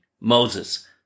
moses